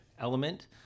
element